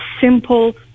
simple